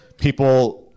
People